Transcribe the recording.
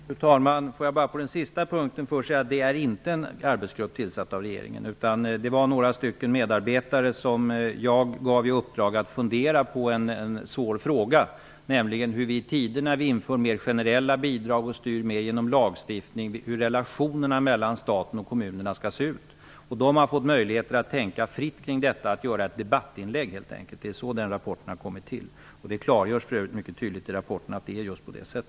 Fru talman! Får jag vad gäller det sista påståendet säga att det inte rör sig om en arbetsgrupp som är tillsatt av regeringen, utan jag gav några medarbetare i uppdrag att fundera över en svår fråga. De skulle fundera över hur relationerna mellan stat och kommun i tider när vi inför mer generella bidrag och styr mer genom lagstiftning skall se ut. De har fått möjlighet att tänka fritt kring detta och att göra ett debattinlägg. På det sättet har rapporten kommit till. Det klargörs för övrigt mycket tydligt i rapporten att det är så.